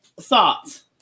Thoughts